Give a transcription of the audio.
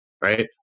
right